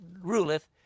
ruleth